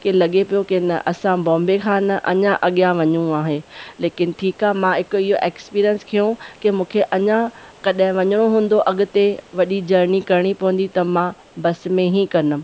की लॻे पियो की न असां बॉम्बे खां न अञा अॻियां वञिणो आहे लेकिन ठीकु आहे मां हिकु इहो एक्सपीरियंस खयूं की मूंखे अञा कॾहिं वञिणो हूंदो अॻिते वॾी जर्नी करणी पवंदी त मां बस में ई कंदमि